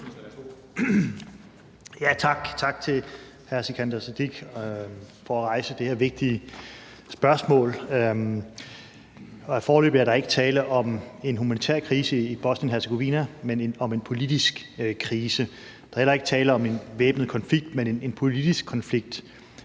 Tak til hr. Sikandar Siddique for at rejse det her vigtige spørgsmål. Foreløbig er der ikke tale om en humanitær krise i Bosnien-Hercegovina, men om en politisk krise. Der er heller ikke tale om en væbnet konflikt, men om en politisk konflikt.